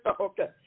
okay